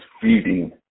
feeding